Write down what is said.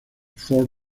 fort